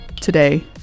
today